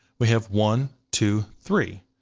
we have one, two, three.